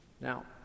Now